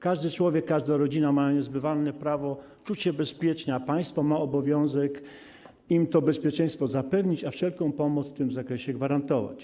Każdy człowiek, każda rodzina ma niezbywalne prawo czuć się bezpiecznie, a państwo ma obowiązek im to bezpieczeństwo zapewnić, a wszelką pomoc w tym zakresie gwarantować.